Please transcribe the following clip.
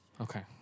Okay